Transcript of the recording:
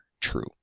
True